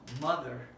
mother